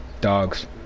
Dogs